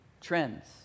trends